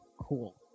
cool